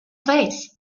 place